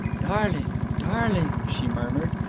darling! darling! she murmured.